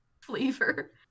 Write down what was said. flavor